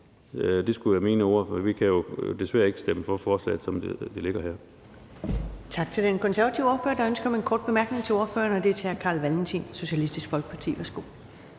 Det skulle være mine ord. Vi kan jo desværre ikke stemme for forslaget, som det ligger her. Kl. 14:24 Første næstformand (Karen Ellemann): Tak til den konservative ordfører. Der er ønske om en kort bemærkning til ordføreren, og det er fra hr. Carl Valentin, Socialistisk Folkeparti. Værsgo.